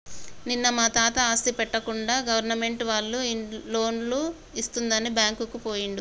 నిన్న మా తాత ఆస్తి పెట్టకుండా గవర్నమెంట్ వాళ్ళు లోన్లు ఇస్తుందని బ్యాంకుకు పోయిండు